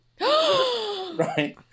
Right